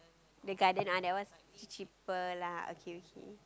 the garden ah that one is cheaper lah okay okay